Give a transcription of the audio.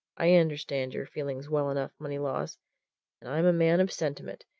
i understand your feelings well enough, moneylaws and i'm a man of sentiment,